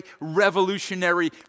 revolutionary